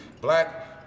black